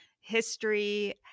history